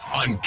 on